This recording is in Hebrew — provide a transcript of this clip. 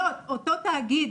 להיות אותו תאגיד,